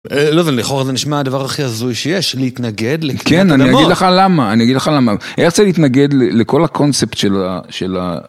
לא יודע, לכאורה זה נשמע הדבר הכי הזוי שיש, להתנגד לקבל את הדמות. כן, אני אגיד לך למה, אני אגיד לך למה. אני רוצה להתנגד לכל הקונספט של ה...